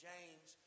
James